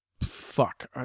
Fuck